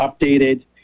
updated